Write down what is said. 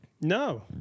No